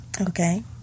Okay